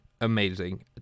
Amazing